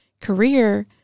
career